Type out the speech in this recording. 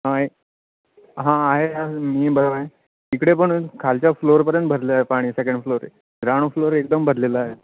हां हां आहे यार मी बरा आहे इकडे पण खालच्या फ्लोरपर्यंत भरले आहे पाणी सेकंड फ्लोर ग्राउंड फ्लोअर एकदम भरलेला आहे